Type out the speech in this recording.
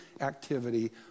activity